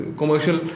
commercial